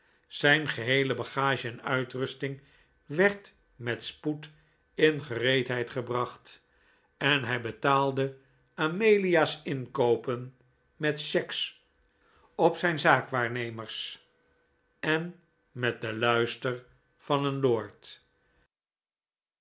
zijn geheele bagage en uitrusting werd met spoed in gereedheid gebracht en hij betaalde amelia's inkoopen met cheques op zijn zaakwaarnemers en met den luister van een lord